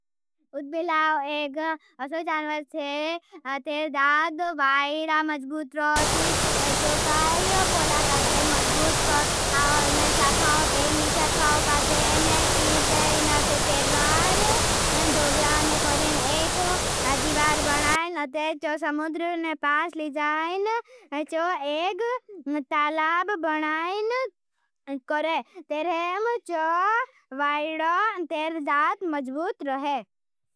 उद्भिलाव एग असोई जानवस थे। तेर दाद वाईड़ा मजबूत रहती जो काई पोला काजे मजबूत नशा खाओ। पेट नशा खाओ काजे ने चीर देईन। तेर वार दोगडान करेन। एक दिवार बनाईन तेर जो समुद्र ने पास लिजाईन। जो एग तालाब बनाई करे। तेरे मज़ो वाईड़ो तेर दाद मजबूत रहे।